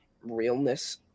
realness